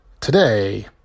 Today